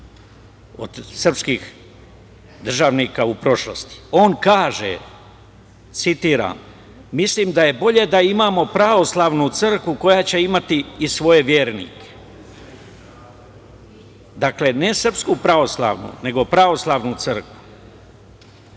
od srpskih državnika u prošlosti. On kaže, citiram – mislim da je bolje da imamo Pravoslavnu crkvu koja će imati i svoje vernike. Dakle, ne Srpsku pravoslavnu, nego Pravoslavnu crkvu.Za